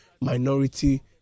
minority